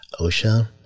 OSHA